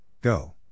Go